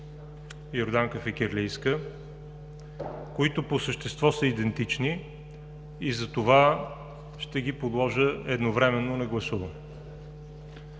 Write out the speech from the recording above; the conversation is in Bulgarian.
Йорданка Фикирлийска, които по същество са идентични и затова ще ги подложа едновременно на гласуване.